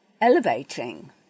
elevating